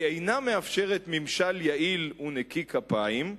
היא אינה מאפשרת ממשל יעיל ונקי כפיים,